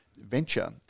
venture